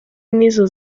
n’izo